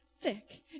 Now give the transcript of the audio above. thick